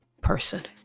person